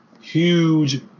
huge